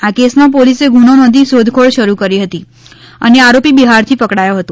આ કેસમાં પોલીસે ગુનો નોંધી શોધખોળ શરૂ કરી હતી અને આરોપી બિહારથી પકડાયો હતો